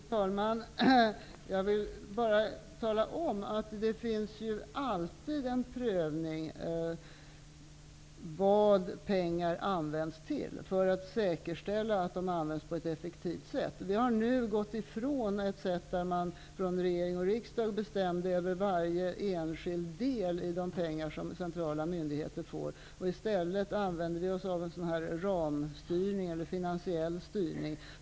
Fru talman! Jag vill bara tala om att det för att säkerställa att pengar används på ett effektivt sätt alltid sker en prövning av vad de används till. Vi har nu gått ifrån den ordningen där regering och riksdag bestämde över varje enskild del i de pengar som anslogs till centrala myndigheter. I stället använder vi oss nu av en ramstyrning eller finansiell styrning.